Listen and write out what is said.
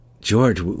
George